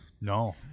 No